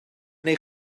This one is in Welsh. neu